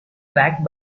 backed